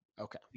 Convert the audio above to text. Okay